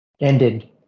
ended